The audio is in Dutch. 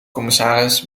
commissaris